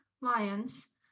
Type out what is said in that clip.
lions